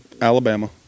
Alabama